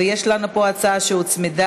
יש לנו פה הצעה שהוצמדה,